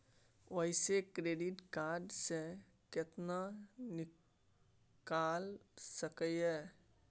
ओयसे credit card से केतना निकाल सकलियै?